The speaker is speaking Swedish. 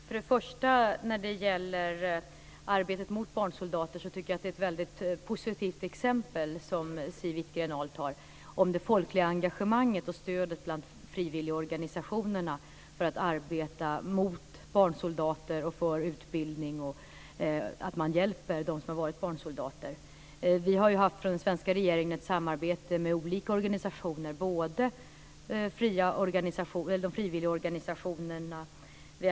Fru talman! Först och främst när det gäller arbetet mot barnsoldater så tycker jag att det är ett väldigt positivt exempel som Siw Wittgren-Ahl tar upp om det folkliga engagemanget och stödet bland frivilligorganisationerna för att arbeta mot barnsoldater och för utbildning, att man hjälper dem som har varit barnsoldater. Den svenska regeringen har haft ett samarbete med olika organisationer, frivilliga organisationer och andra.